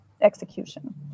execution